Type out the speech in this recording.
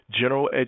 General